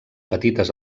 petites